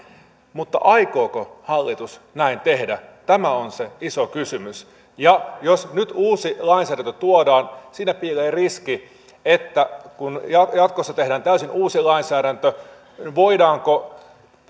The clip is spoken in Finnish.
mutta aikooko hallitus näin tehdä tämä on se iso kysymys ja jos nyt uusi lainsäädäntö tuodaan piilee riski siinä että kun jatkossa tehdään täysin uusi lainsäädäntö voidaanko